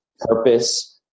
purpose